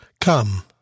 Come